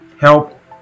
help